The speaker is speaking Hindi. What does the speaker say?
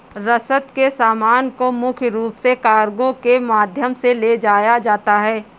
रसद के सामान को मुख्य रूप से कार्गो के माध्यम से ले जाया जाता था